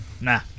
Nah